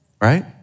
right